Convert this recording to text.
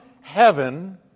heaven